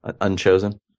Unchosen